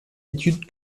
étude